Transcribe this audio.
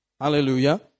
Hallelujah